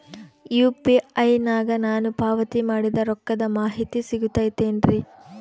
UPI ನಾಗ ನಾನು ಪಾವತಿ ಮಾಡಿದ ರೊಕ್ಕದ ಮಾಹಿತಿ ಸಿಗುತೈತೇನ್ರಿ?